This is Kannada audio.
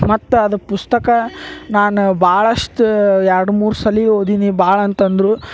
ಮತ್ತು ಅದು ಪುಸ್ತಕ ನಾನು ಭಾಳಷ್ಟು ಎರಡು ಮೂರು ಸರ್ತಿ ಓದಿದ್ದೀನಿ ಭಾಳ ಅಂತಂದರೂ